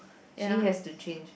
she has to change